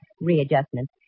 readjustment